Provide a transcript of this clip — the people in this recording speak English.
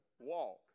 walk